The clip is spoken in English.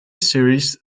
series